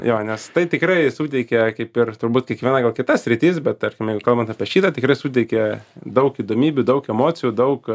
jo nes tai tikrai suteikia kaip ir turbūt kiekviena gal kita sritis bet tarkim jeigu kalbant apie šitą tikrai suteikia daug įdomybių daug emocijų daug